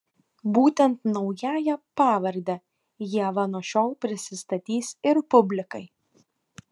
būtent naująja pavarde ieva nuo šiol prisistatys ir publikai